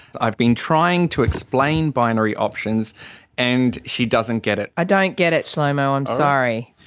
i've been trying to explain binary options and she doesn't get it. i don't get it, shlomo, i'm sorry.